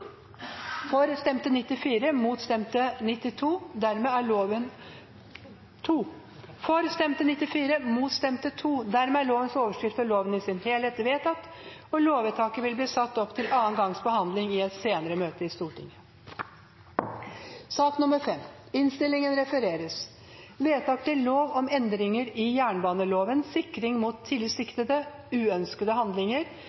lovens overskrift og loven i sin helhet. Lovvedtaket vil bli satt opp til andre gangs behandling i et senere møte i Stortinget.